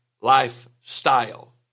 lifestyle